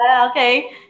okay